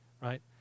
right